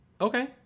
Okay